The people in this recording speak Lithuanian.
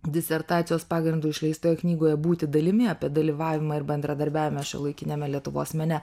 disertacijos pagrindu išleistoje knygoje būti dalimi apie dalyvavimą ir bendradarbiavimą šiuolaikiniame lietuvos mene